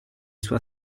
sua